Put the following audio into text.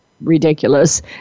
ridiculous